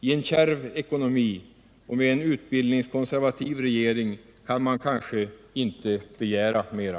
I en kärv ekonomi och med en utbildningskonservativ regering kan man kanske inte begära mera.